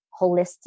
Holistic